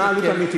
מה העלות האמיתית?